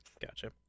Gotcha